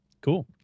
cool